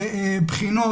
לבחינות.